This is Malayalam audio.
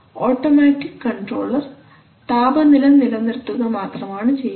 ഓട്ടോമാറ്റിക് കൺട്രോളർ താപനില നിലനിർത്തുക മാത്രമാണ് ചെയ്യുന്നത്